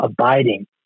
abiding